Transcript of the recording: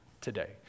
today